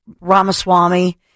Ramaswamy